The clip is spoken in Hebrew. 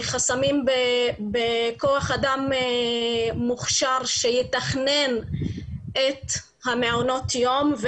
חסמים בכוח אדם מוכשר שיתכנן את המעונות יום,